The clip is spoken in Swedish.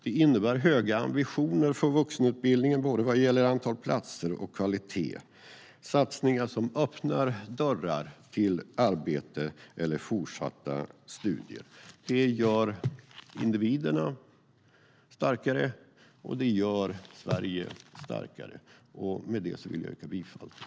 Det innebär höga ambitioner för vuxenutbildningen vad gäller både antal platser och kvalitet. Satsningar som öppnar dörrar till arbete eller fortsatta studier gör individen starkare, och det gör Sverige starkare. Med det yrkar jag bifall till förslaget i betänkandet.